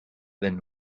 wenn